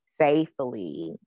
safely